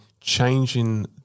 changing